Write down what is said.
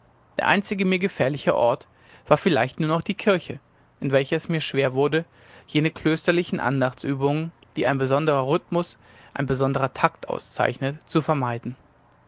der einzige mir gefährliche ort war vielleicht nur noch die kirche in welcher es mir schwer wurde jene klösterliche andachtsübungen die ein besonderer rhythmus ein besonderer takt auszeichnet zu vermeiden